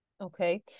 Okay